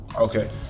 Okay